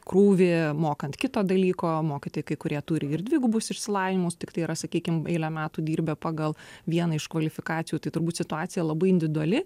krūvį mokant kito dalyko mokytojai kai kurie turi ir dvigubus išsilavinimus tiktai yra sakykim eilę metų dirbę pagal vieną iš kvalifikacijų tai turbūt situacija labai individuali